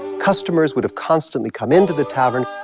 customers would have constantly come into the tavern,